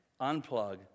unplug